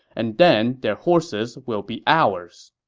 and then their horses will be ours.